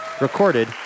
recorded